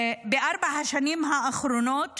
בארבע השנים האחרונות